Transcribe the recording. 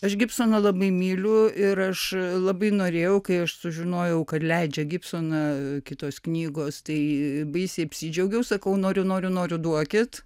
aš gibsoną labai myliu ir aš labai norėjau kai aš sužinojau kad leidžia gibsoną kitos knygos tai baisiai apsidžiaugiau sakau noriu noriu noriu duokit